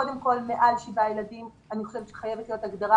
קודם כל מעל שבעה ילדים חייבת להיות הגדרה